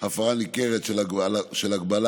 הפרה ניכרת של הגבלה